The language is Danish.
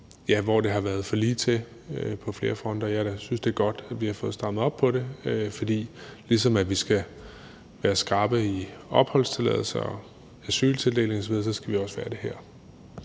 hvor det har været for ligetil på flere fronter. Jeg synes, det er godt, at vi har fået strammet op på det, for ligesom vi skal være skrappe med opholdstilladelser og asyltildeling osv., skal vi også være det her.